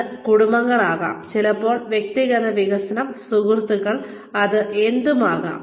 അത് കുടുംബങ്ങളാവാം ചിലപ്പോൾ വ്യക്തിഗത വികസനം സുഹൃത്തുക്കൾ അത് എന്തും ആകാം